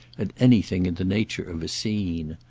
at anything in the nature of a scene.